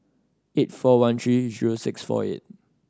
eight four one three zero six four eight